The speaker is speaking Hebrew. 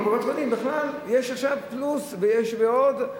בכלל, יש עכשיו "פלוס" ויש "ועוד".